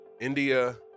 India